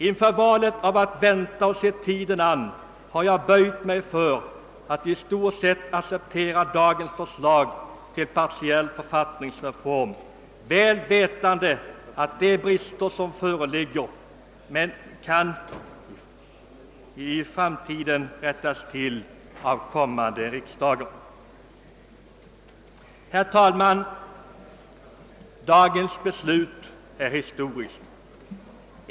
Inför valet att vänta och se tiden an har jag därför böjt mig för att i stort sett acceptera dagens förslag till partiell författningsreform, väl vetande vilka brister som föreligger men ändå i förvissningen att de kan rättas till av kommande riksdagar. Herr talman! Dagens beslut är historiskt.